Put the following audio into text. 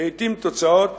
לעתים התוצאות